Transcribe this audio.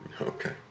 Okay